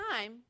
time